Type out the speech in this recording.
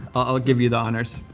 i'll give you the honors.